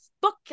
book